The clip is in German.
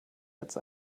jetzt